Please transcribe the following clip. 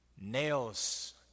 Nails